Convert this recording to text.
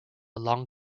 long